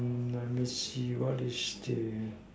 mm let me see what is this